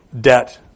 debt